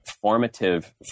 formative